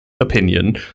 opinion